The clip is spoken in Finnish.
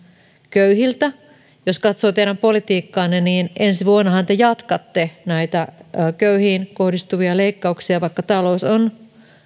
köyhiltä jos katsoo teidän politiikkaanne niin ensi vuonnahan te jatkatte näitä köyhiin kohdistuvia leikkauksia vaikka talous on